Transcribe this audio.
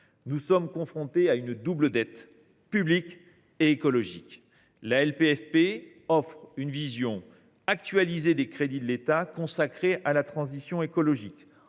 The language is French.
Nous sommes confrontés à une double dette, publique et écologique. La LPFP offre une vision actualisée des crédits de l’État consacrés à la transition écologique,